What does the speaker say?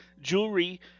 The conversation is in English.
jewelry